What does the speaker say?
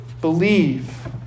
Believe